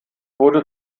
wurde